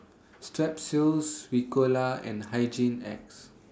Strepsils Ricola and Hygin X